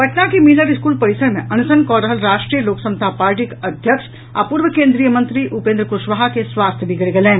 पटना के मिलर स्कूल परिसर मे अनशन कऽ रहल राष्ट्रीय लोक समता पार्टीक अध्यक्ष आ पूर्व केन्द्रीय मंत्री उपेन्द्र कुशवाहा के स्वास्थ्य बिगड़ि गेलनि